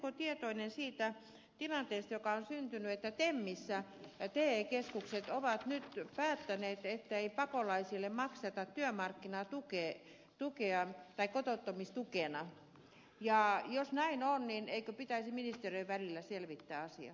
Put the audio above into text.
oletteko tietoinen siitä tilanteesta joka on syntynyt että temmissä te keskukset ovat nyt päättäneet ettei pakolaisille makseta työmarkkinatukea kotouttamistukena ja jos näin on niin eikö pitäisi ministeriöiden välillä selvittää asiaa